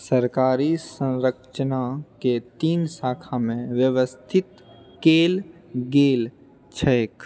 सरकारी सँरचनाके तीन शाखामे व्यवस्थित कैल गेल छैक